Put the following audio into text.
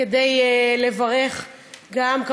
כדי לברך גם,